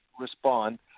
respond